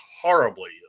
horribly